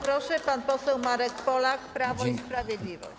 Proszę, pan poseł Marek Polak, Prawo i Sprawiedliwość.